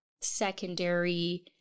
secondary